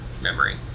memory